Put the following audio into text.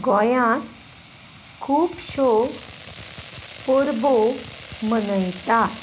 गोंयांत खुबश्यो परबो मनयतात